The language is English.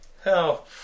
Hell